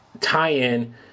tie-in